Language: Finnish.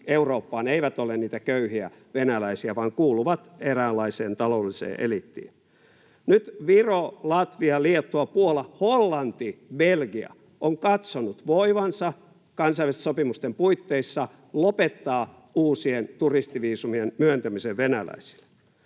Eurooppaan, eivät ole niitä köyhiä venäläisiä, vaan kuuluvat eräänlaiseen taloudelliseen eliittiin. Nyt Viro, Latvia, Liettua, Puola, Hollanti, Belgia ovat katsoneet voivansa kansainvälisten sopimusten puitteissa lopettaa uusien turistiviisumien myöntämisen venäläisille.